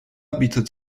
bietet